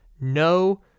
no